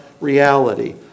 reality